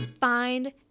Find